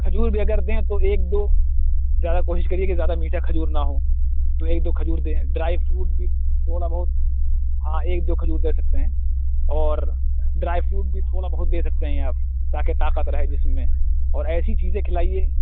کھجور بھی اگر دیں تو ایک دو زیادہ کوشش کریے کہ زیادہ میٹھا کھجور نہ ہو تو ایک دو کھجور دیں ڈرائی فروٹ بھی تھوڑا بہت ہاں ایک دو کھجور دے سکتے ہیں اور ڈرائی فروٹ بھی تھوڑا بہت دے سکتے ہیں آپ تاکہ طاقت رہے جسم میں اور ایسی چیزیں کھلائیے